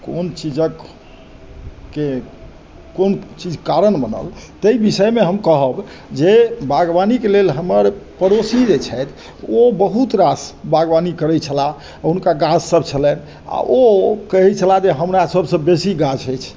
कोन चीजके कोन चीज कारण बनल ताहि विषयमे हम कहब जे बागवानीके लेल हमर पड़ोसी जे छथि ओ बहुत रास बागवानी करै छलाह हुनका गाछ सभ छलनि आ ओ कहै छलाह जे हमरा सभसँ बेसी गाछ अछि